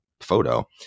photo